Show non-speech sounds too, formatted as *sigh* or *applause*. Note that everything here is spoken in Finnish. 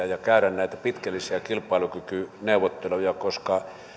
*unintelligible* ja käydä näitä pitkällisiä kilpailukykyneuvotteluja koska